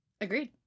Agreed